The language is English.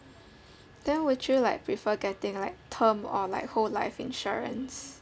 then would you like prefer getting like term or like whole life insurance